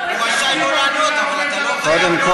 הוא רשאי לא לענות, אבל אתה לא, נו, ברצינות.